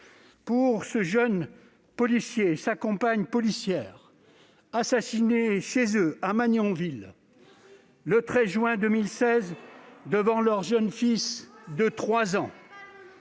pour ce jeune policier et sa compagne policière, assassinés chez eux, à Magnanville, le 13 juin 2016 devant leur jeune fils de 3 ans.